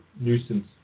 nuisance